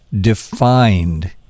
defined